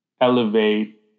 elevate